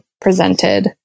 presented